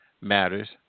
matters